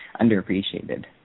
underappreciated